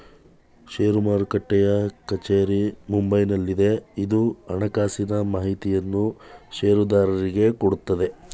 ಷೇರು ಮಾರುಟ್ಟೆಯ ಕಚೇರಿ ಮುಂಬೈನಲ್ಲಿದೆ, ಇದು ಹಣಕಾಸಿನ ಮಾಹಿತಿಯನ್ನು ಷೇರುದಾರರಿಗೆ ಕೊಡುತ್ತದೆ